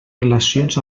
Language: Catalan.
relacions